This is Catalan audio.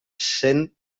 cent